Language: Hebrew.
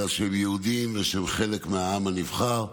בגלל שהם יהודים ושהם חלק מהעם הנבחר.